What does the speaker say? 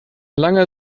langer